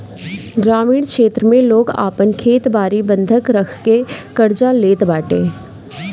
ग्रामीण क्षेत्र में लोग आपन खेत बारी बंधक रखके कर्जा लेत बाटे